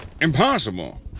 Impossible